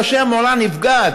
שכאשר מורה נפגעת,